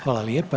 Hvala lijepo.